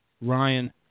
Ryan